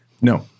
No